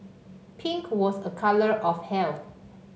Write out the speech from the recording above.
pink was a colour of health